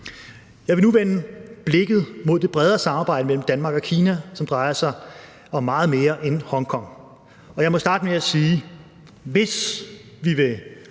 Jeg vil nu vende blikket mod det bredere samarbejde mellem Danmark og Kina, som drejer sig om meget mere end Hongkong. Og jeg må starte med at sige, at hvis vi vil